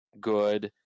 good